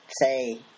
say